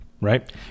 Right